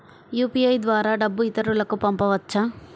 UPI ద్వారా డబ్బు ఇతరులకు పంపవచ్చ?